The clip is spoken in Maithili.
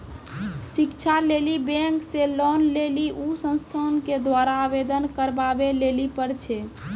शिक्षा लेली बैंक से लोन लेली उ संस्थान के द्वारा आवेदन करबाबै लेली पर छै?